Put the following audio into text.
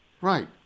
Right